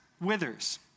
withers